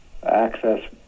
access